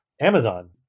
Amazon